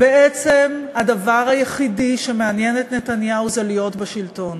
שבעצם הדבר היחידי שמעניין את נתניהו זה להיות בשלטון